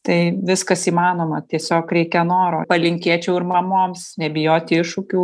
tai viskas įmanoma tiesiog reikia noro palinkėčiau ir mamoms nebijoti iššūkių